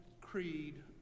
creed